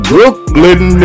Brooklyn